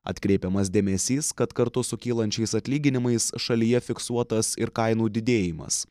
atkreipiamas dėmesys kad kartu su kylančiais atlyginimais šalyje fiksuotas ir kainų didėjimas